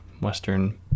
western